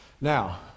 Now